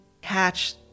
catch